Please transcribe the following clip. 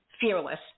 Fearless